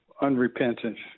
unrepentant